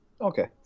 Okay